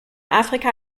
afrika